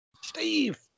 Steve